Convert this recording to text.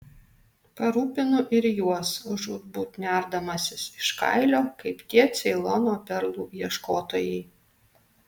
parūpinu ir juos žūtbūt nerdamasis iš kailio kaip tie ceilono perlų ieškotojai